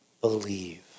believe